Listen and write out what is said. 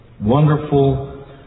wonderful